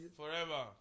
forever